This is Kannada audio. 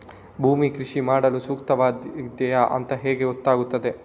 ಭೂಮಿ ಕೃಷಿ ಮಾಡಲು ಸೂಕ್ತವಾಗಿದೆಯಾ ಅಂತ ಹೇಗೆ ಗೊತ್ತಾಗುತ್ತದೆ?